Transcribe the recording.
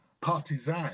partisan